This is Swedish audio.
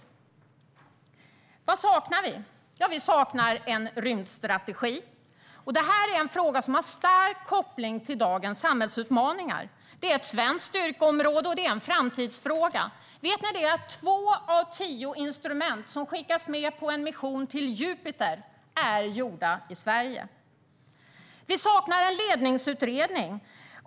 Thomas Strand frågar vad vi saknar. Vi saknar en rymdstrategi. Det är en fråga som har stark koppling till dagens samhällsutmaningar. Det är ett svenskt styrkeområde, och det är en framtidsfråga. Vet ni att två av tio instrument som skickas med på en mission till Jupiter är gjorda i Sverige? Vi saknar en ledningsutredning.